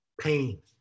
pain